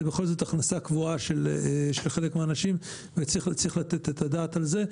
זה בכל זאת הכנסה קבועה של חלק מהאנשים וצריך לתת את הדעת על זה.